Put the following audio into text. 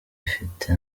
ifite